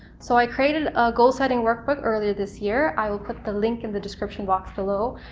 so i created a goal-setting workbook earlier this year, i will put the link in the description box below,